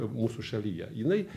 mūsų šalyje jinai